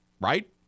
Right